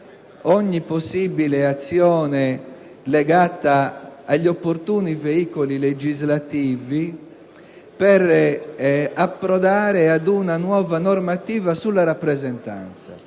ogni possibile azione legata agli opportuni veicoli legislativi per approdare ad una nuova normativa sulla rappresentanza.